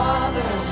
Father